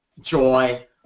Joy